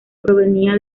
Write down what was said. provenía